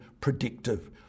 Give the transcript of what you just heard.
predictive